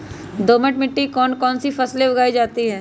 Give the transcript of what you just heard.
दोमट मिट्टी कौन कौन सी फसलें उगाई जाती है?